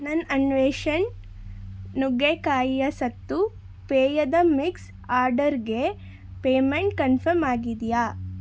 ನನ್ನ ಅನ್ವೇಷಣ್ ನುಗ್ಗೆಕಾಯಿಯ ಸತ್ತೂ ಪೇಯದ ಮಿಕ್ಸ್ ಆರ್ಡರ್ಗೆ ಪೇಮೆಂಟ್ ಕನ್ಫರ್ಮ್ ಆಗಿದೆಯಾ